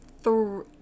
three